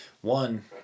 one